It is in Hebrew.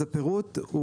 אז הפירוט,